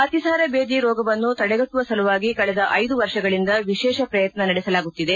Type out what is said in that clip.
ಅತಿಸಾರ ಬೇದಿ ರೋಗವನ್ನು ತಡೆಗಟ್ಟುವ ಸಲುವಾಗಿ ಕಳೆದ ಐದು ವರ್ಷಗಳಿಂದ ವಿಶೇಷ ಪ್ರಯತ್ನ ನಡೆಸಲಾಗುತ್ತಿದೆ